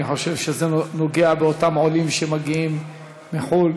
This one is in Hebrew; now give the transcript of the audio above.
אני חושב שזה נוגע באותם עולים שמגיעים מחו"ל